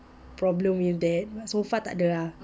problem with that so far takde lah